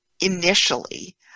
initially